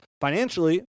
financially